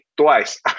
twice